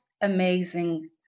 amazing